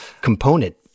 component